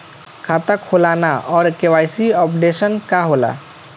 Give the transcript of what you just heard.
खाता खोलना और के.वाइ.सी अपडेशन का होला?